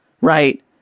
right